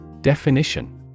Definition